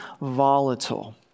volatile